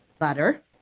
letter